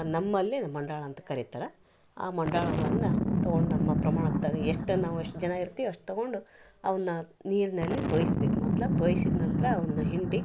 ನಮ್ಮಲ್ಲಿ ಅದು ಮಂಡಾಳ ಅಂತ ಕರಿತಾರ ಆ ಮಂಡಾಳಗಳನ್ನ ತಗೊಂಡು ನಮ್ಮ ಪ್ರಮಾಣಕ್ಕೆ ತಕ್ಕಂಗೆ ಎಷ್ಟು ಅಂದ್ರ ನಾವು ಎಷ್ಟು ಜನ ಇರ್ತೀವಿ ಅಷ್ಟು ತಗೊಂಡು ಅವುನ್ನ ನೀರಿನಲ್ಲಿ ತೋಯಿಸ್ಬೇಕು ಮೊದಲು ತೋಯಿಸಿದ ನಂತರ ಅವುನ್ನ ಹಿಂಡಿ